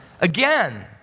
again